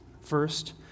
First